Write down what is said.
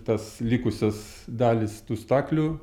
tas likusias dalis tų staklių